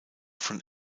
von